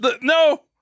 No